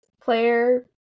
player